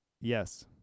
yes